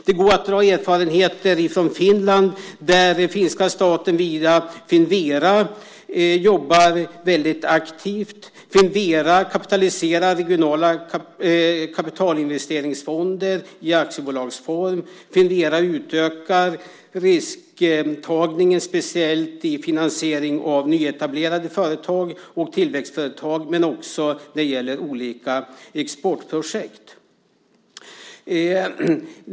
Det går att dra erfarenheter från Finland där den finska staten via Finvera jobbar väldigt aktivt. Finvera kapitaliserar regionala kapitalinvesteringsfonder i aktiebolagsform. Finvera utökar risktagningen speciellt när det gäller finansiering av nyetablerade företag och tillväxtföretag men också när det gäller olika exportprojekt.